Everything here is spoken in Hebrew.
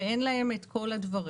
שאין להם את כל הדברים,